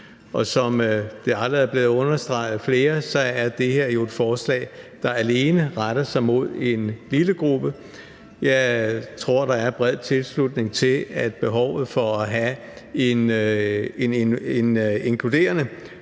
Som det allerede er blevet understreget af flere, er det her jo et forslag, der alene retter sig mod en lille gruppe. Jeg tror, der er bred tilslutning til, at behovet for at have en inkluderende